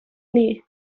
lee